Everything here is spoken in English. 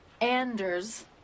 Anders